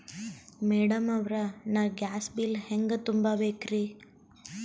Madam ಅವ್ರ, ನಾ gas bill ಹೆಂಗ ತುಂಬಾ ಬೇಕ್ರಿ?